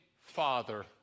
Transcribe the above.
Father